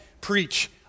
preach